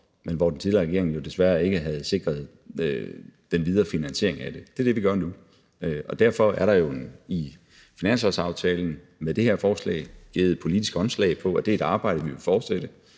men som den tidligere regering jo desværre ikke havde sikret den videre finansiering af. Det er det, vi gør nu. Og derfor er der jo i finanslovsaftalen med det her forslag givet politisk håndslag på, at det er et arbejde, vi vil fortsætte,